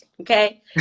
okay